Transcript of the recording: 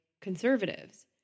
conservatives